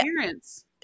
parents